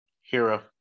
Hero